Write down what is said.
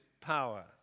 power